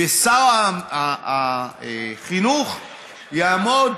ושר החינוך יעמוד